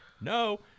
no